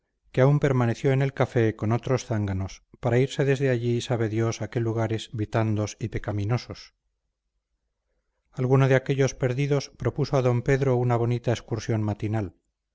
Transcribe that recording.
que aún permaneció en el café con otros zánganos para irse desde allí sabe dios a qué lugares vitandos y pecaminosos alguno de aquellos perdidos propuso a d pedro una bonita excursión matinal